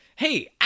Hey